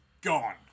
gone